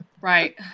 Right